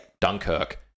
Dunkirk